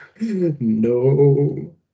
no